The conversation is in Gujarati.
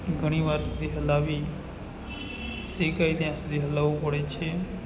ઘણી વાર સુધી હલાવી શેકાય ત્યાં સુધી હલાવવું પડે છે